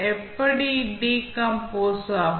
எப்படி டீகம்போஸ் ஆகும்